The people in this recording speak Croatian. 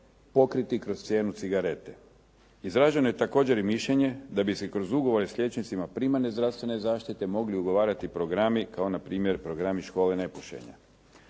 pokriti kroz cijenu cigarete. Izraženo je također i mišljenje da bi se kroz ugovore s liječnicima primarne zdravstvene zaštite mogli ugovarati programi kao npr. programi škole nepušenja.